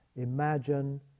imagine